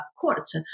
courts